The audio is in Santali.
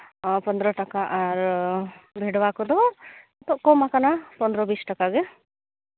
ᱯᱚᱱᱨᱚ ᱴᱟᱠᱟ ᱟᱨ ᱵᱷᱮᱰᱣᱟ ᱠᱚᱫᱚ ᱱᱤᱛᱚᱜ ᱠᱚᱢ ᱠᱟᱱᱟ ᱯᱚᱱᱨᱚ ᱵᱤᱥ ᱴᱟᱠᱟ ᱜᱮ